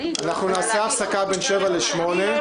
אנחנו נעשה הפסקה בין 19:00 ל-20:00.